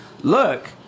look